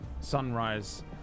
sunrise